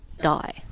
die